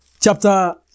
Chapter